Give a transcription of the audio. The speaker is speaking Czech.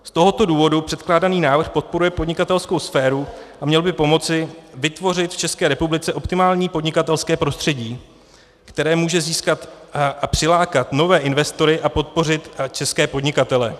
Z tohoto důvodu předkládaný návrh podporuje podnikatelskou sféru a měl by pomoci vytvořit v České republice optimální podnikatelské prostředí, které může získat a přilákat nové investory a podpořit české podnikatele.